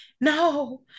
No